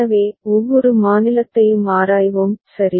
எனவே ஒவ்வொரு மாநிலத்தையும் ஆராய்வோம் சரி